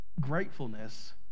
Gratefulness